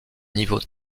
niveau